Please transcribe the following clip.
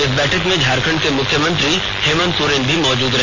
इस बैठक में झारखंड के मुख्यमंत्री हेमन्त सोरेन भी मौजूद रहे